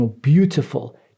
beautiful